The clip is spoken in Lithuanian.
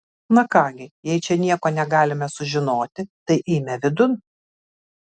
na ką gi jei čia nieko negalime sužinoti tai eime vidun